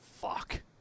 fuck